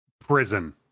Prison